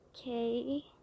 okay